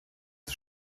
ist